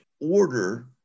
order